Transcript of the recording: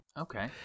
Okay